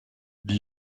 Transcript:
die